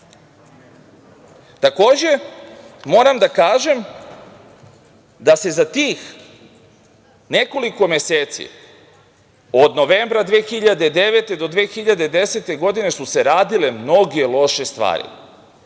moram da kažem da se za tih nekoliko meseci, od novembra 2009. do 2010. godine su se radile mnoge loše stvari.